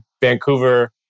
Vancouver